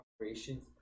operations